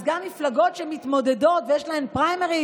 אז גם מפלגות שמתמודדות ויש להן פריימריז,